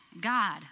God